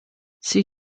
sie